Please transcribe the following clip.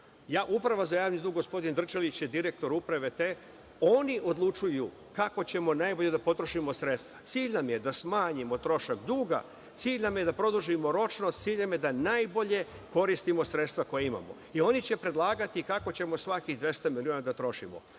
nama. Uprava za javni dug, gospodin Drčelić je direktor te uprave, oni odlučuju kako ćemo najbolje da potrošimo sredstva. Cilj nam je da smanjimo trošak duga, cilj nam je da produžimo ročnost, cilj nam je da najbolje koristimo sredstva koja imamo, jer oni će predlagati kako ćemo svakih 200 miliona da trošimo.